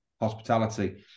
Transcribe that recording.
hospitality